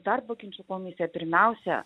darbo ginčų komisija pirmiausia